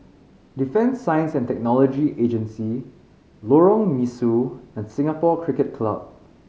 Defence Science And Technology Agency Lorong Mesu and Singapore Cricket Club